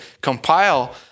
compile